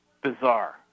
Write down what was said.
bizarre